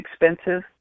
expensive